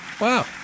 wow